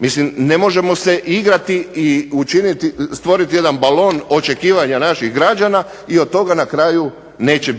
Mislim ne možemo se igrati i stvoriti jedan balon očekivanja naših građana i od toga na kraju neće